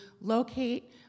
locate